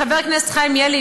חבר הכנסת חיים ילין,